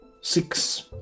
Six